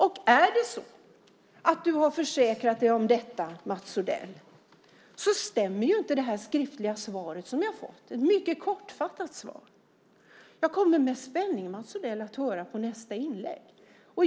Om du, Mats Odell, har försäkrat dig om detta, då stämmer inte det skriftliga svar som jag har fått - ett mycket kortfattat svar. Med spänning kommer jag att lyssna till nästa inlägg.